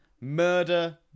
Murder